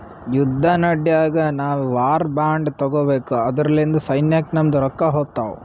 ಯುದ್ದ ನಡ್ಯಾಗ್ ನಾವು ವಾರ್ ಬಾಂಡ್ ತಗೋಬೇಕು ಅದುರ್ಲಿಂದ ಸೈನ್ಯಕ್ ನಮ್ದು ರೊಕ್ಕಾ ಹೋತ್ತಾವ್